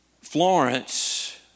Florence